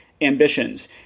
ambitions